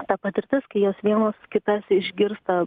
ta patirtis kai jos vienos kitas išgirsta